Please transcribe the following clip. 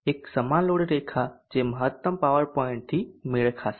એક સમાન લોડ રેખા જે મહત્તમ પાવર પોઇન્ટથી મેળ ખાશે